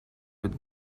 with